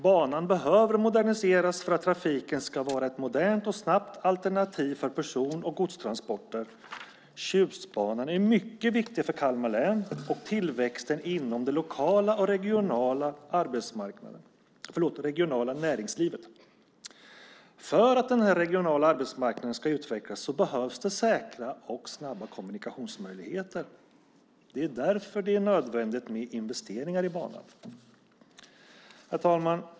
Banan behöver moderniseras för att trafiken ska vara ett modernt och snabbt alternativ för person och godstransporter. Tjustbanan är mycket viktig för Kalmar län och tillväxten inom det lokala och regionala näringslivet. För att den regionala arbetsmarknaden ska utvecklas behövs det säkra och snabba kommunikationsmöjligheter. Det är därför nödvändigt med investeringar i banan. Herr talman!